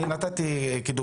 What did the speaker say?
אני נתתי כדוגמה.